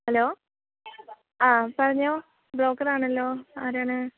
hello ആ പറഞ്ഞോളൂ ബ്രോക്കറാണല്ലോ ആരാണ്